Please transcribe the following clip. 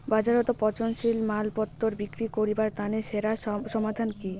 বাজারত পচনশীল মালপত্তর বিক্রি করিবার তানে সেরা সমাধান কি?